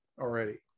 already